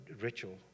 ritual